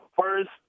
first